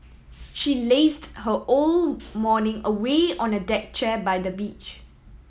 she lazed her whole morning away on a deck chair by the beach